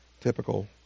typical